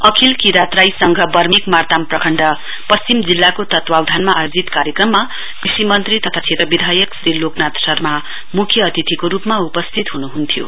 अखिल किरात राई संघ वर्मेक मार्ताम प्रखण्ड पश्चिम जिल्लाको तत्वावधनमा आयोजित कार्यक्रममा कृषि मन्त्री तथा क्षेत्र विधायक श्री लोकनाथ शर्मा मुख्य अतिथिको रूपमा उपस्थित हुनुहुन्थ्यो